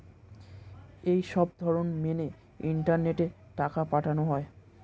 এই সবধরণ মেনে ইন্টারনেটে টাকা পাঠানো হয়